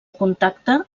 contacte